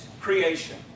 creation